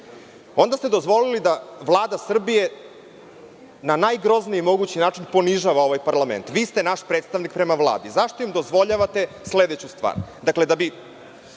ste dozvolili da Vlada Srbije na najgrozniji mogući način ponižava ovaj Parlament. Vi ste naš predstavnik prema Vladi. Zašto im dozvoljavate sledeću stvar. Da